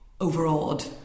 overawed